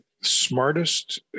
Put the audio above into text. smartest